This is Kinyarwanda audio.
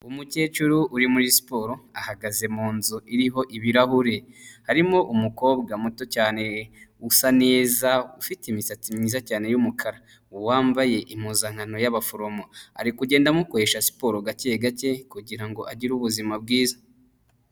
Umukecuru uri muri siporo, ahagaze mu nzu iriho ibirahure. Harimo umukobwa muto cyane usa neza, ufite imisatsi myiza cyane y'umukara. Uwambaye impuzankano y'abaforomo. Ari kugenda amukoresha siporo gake gake, kugira ngo agire ubuzima bwiza.